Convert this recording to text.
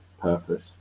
purpose